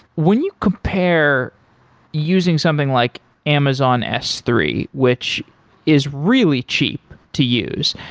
when you compare using something like amazon s three, which is really cheap to use,